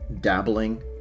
dabbling